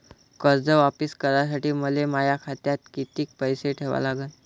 कर्ज वापिस करासाठी मले माया खात्यात कितीक पैसे ठेवा लागन?